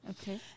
Okay